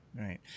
Right